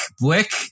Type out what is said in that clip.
Blick